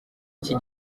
iki